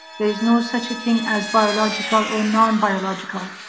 there is no such a thing as biological or non-biological.